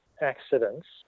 accidents